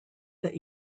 that